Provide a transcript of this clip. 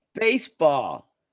Baseball